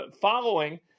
following